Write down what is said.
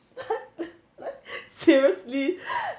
seriously